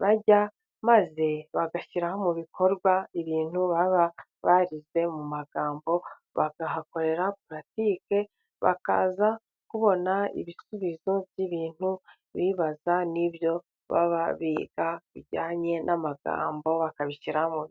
bajya maze bagashyira mu bikorwa ibintu baba barize mu magambo, bakahakorera puratike bakaza kubona ibisubizo by'ibintu bibaza n'ibyo baba biga, bijyanye n'amagambo bakabishyira mu bikorwa.